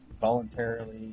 Voluntarily